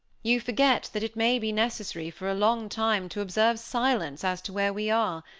you forget that it may be necessary, for a long time, to observe silence as to where we are,